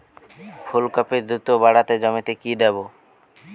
ফুলকপি দ্রুত বাড়াতে জমিতে কি দেবো?